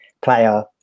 player